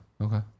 okay